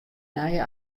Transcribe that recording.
nije